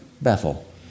Bethel